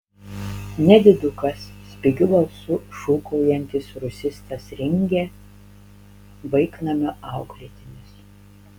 nedidukas spigiu balsu šūkaujantis rusistas ringė vaiknamio auklėtinis